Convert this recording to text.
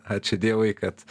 ačiū dievui kad